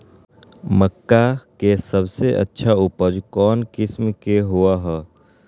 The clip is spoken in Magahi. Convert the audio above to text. मक्का के सबसे अच्छा उपज कौन किस्म के होअ ह?